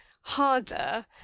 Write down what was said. harder